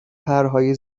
پرهای